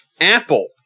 Apple